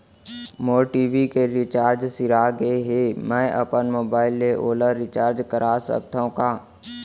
मोर TV के recharge सिरा गे हे, मैं अपन मोबाइल ले ओला रिचार्ज करा सकथव का?